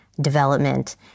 development